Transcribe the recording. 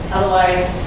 Otherwise